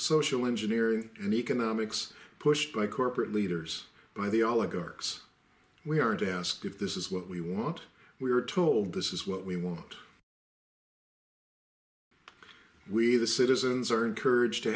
social engineering and economics pushed by corporate leaders by the oligarchy we are in to ask if this is what we want we are told this is what we want we the citizens are encouraged to